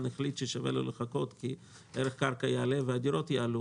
החליט שכדאי לו לחכות כי ערך הקרקע יעלה והדירות יעלו